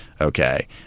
okay